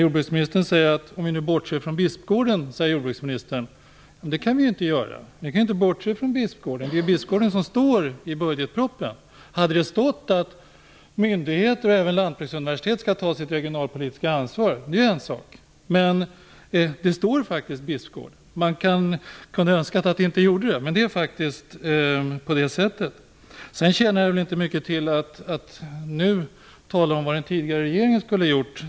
Jordbruksministern säger nu att vi skall bortse från Bispgården, men det kan vi ju inte göra. Vi kan inte bortse från Bispgården. Det är Bispgården som nämns i budgetpropositionen. Det är en sak om det hade stått att myndigheter och även Lantbruksuniversitetet skall ta sitt regionalpolitiska ansvar. Men det står faktiskt Bispgården. Man kunde ha önskat att det inte gjorde det, men det är faktiskt så. Sedan tjänar det inte mycket till att nu tala om vad den tidigare regeringen skulle ha gjort.